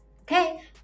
Okay